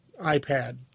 iPad